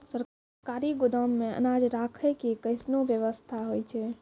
सरकारी गोदाम मे अनाज राखै के कैसनौ वयवस्था होय छै?